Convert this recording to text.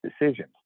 decisions